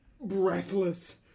breathless